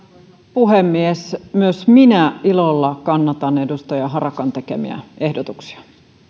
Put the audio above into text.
puhemies myös minä ilolla kannatan edustaja harakan tekemiä ehdotuksia